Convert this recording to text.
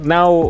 Now